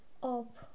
off